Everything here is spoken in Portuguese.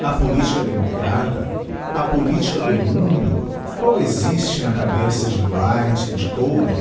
a politica democrata a politica do mundo qual existe na cabeça de bright e de cobden